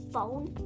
phone